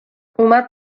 اومد